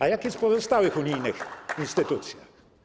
A jak jest w pozostałych unijnych instytucjach?